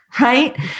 right